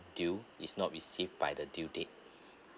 due is not received by the due date